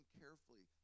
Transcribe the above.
carefully